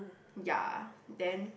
ya then